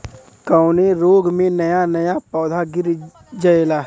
कवने रोग में नया नया पौधा गिर जयेला?